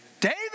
David